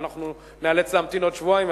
אבל אנחנו ניאלץ להמתין שבועיים,